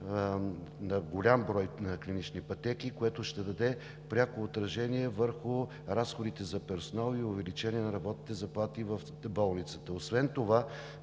на голям брой клинични пътеки, което ще даде пряко отражение върху разходите за персонал и увеличението на работните заплати в болницата. Освен това